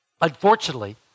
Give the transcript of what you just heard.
Unfortunately